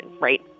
right